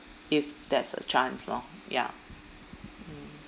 if there's a chance lor ya